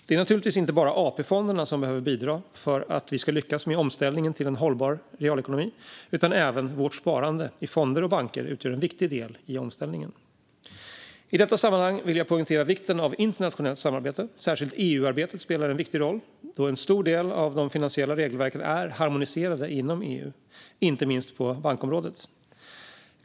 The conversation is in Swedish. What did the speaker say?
Det är naturligtvis inte bara AP-fonderna som behöver bidra för att vi ska lyckas med omställningen till en hållbar realekonomi, utan även vårt sparande i fonder och banker utgör en viktig del i omställningen. I detta sammanhang vill jag poängtera vikten av internationellt samarbete. Särskilt EU-arbetet spelar en viktig roll då en stor del av de finansiella regelverken är harmoniserade inom EU, inte minst på bankområdet.